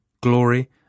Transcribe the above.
glory